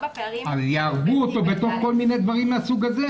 4. יהרגו אותו בתוך כל מיני דברים מהסוג הזה,